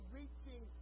reaching